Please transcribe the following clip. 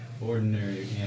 ordinary